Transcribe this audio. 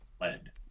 lead